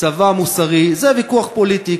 "צבא מוסרי" זה ויכוח פוליטי,